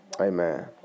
Amen